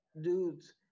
dudes